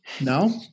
No